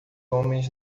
homens